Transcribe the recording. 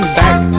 back